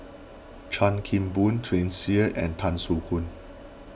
Chan Kim Boon Tsung Yeh and Tan Soo Khoon